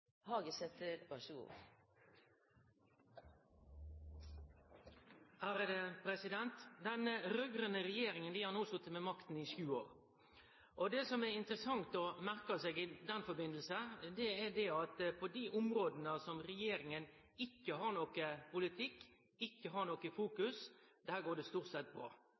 Den raud-grøne regjeringa har no sete med makta i sju år. Det som er interessant å merke seg i den samanhengen, er at på dei områda som regjeringa ikkje har nokon politikk, ikkje har noko fokus, går det stort sett bra. Men på